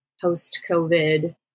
post-COVID